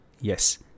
Yes